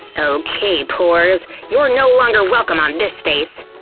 okay pores, you're no longer welcome on this face!